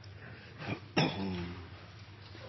ho. Det er